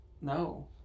No